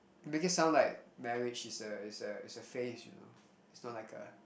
make it sound like marriage is a is a is a phase you know it's not like a